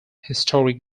historic